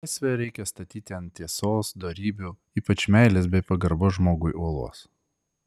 laisvę reikia statyti ant tiesos dorybių ypač meilės bei pagarbos žmogui uolos